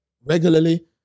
regularly